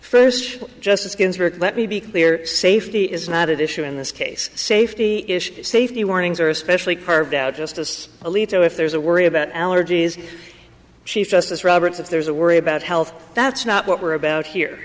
first justice ginsburg let me be clear safety is not at issue in this case safety issues safety warnings are especially carved out justice alito if there's a worry about allergies chief justice roberts if there's a worry about health that's not what we're about here